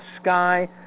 sky